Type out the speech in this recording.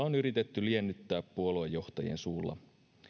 on yritetty liennyttää puoluejohtajien suulla